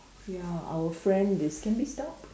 ya our friend is can we stop